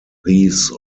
these